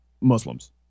Muslims